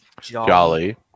Jolly